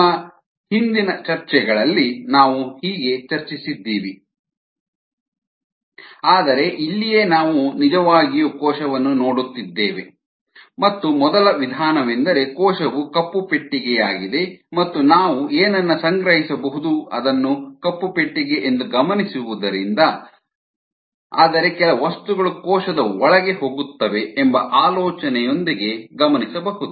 ನಮ್ಮ ಹಿಂದಿನ ಚರ್ಚೆಗಳಲ್ಲಿ ನಾವು ಹೀಗೆ ಚರ್ಚಿಸಿದ್ದೀವಿ ಆದರೆ ಇಲ್ಲಿಯೇ ನಾವು ನಿಜವಾಗಿಯೂ ಕೋಶವನ್ನು ನೋಡುತ್ತಿದ್ದೇವೆ ಮತ್ತು ಮೊದಲ ವಿಧಾನವೆಂದರೆ ಕೋಶವು ಕಪ್ಪು ಪೆಟ್ಟಿಗೆಯಾಗಿದೆ ಮತ್ತು ನಾವು ಏನನ್ನ ಸಂಗ್ರಹಿಸಬಹುದು ಅದನ್ನು ಕಪ್ಪು ಪೆಟ್ಟಿಗೆ ಎಂದು ಗಮನಿಸುವುದರಿಂದ ಆದರೆ ಕೆಲ ವಸ್ತುಗಳು ಕೋಶದ ಒಳಗೆ ಹೋಗುತ್ತವೆ ಎಂಬ ಆಲೋಚನೆಯೊಂದಿಗೆ ಗಮನಿಸಬಹುದು